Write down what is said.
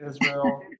Israel